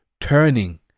turning